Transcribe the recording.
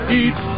eat